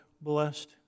blessed